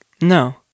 No